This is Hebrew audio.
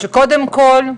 קודם כל,